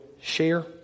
share